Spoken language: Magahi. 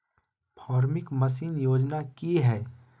फार्मिंग मसीन योजना कि हैय?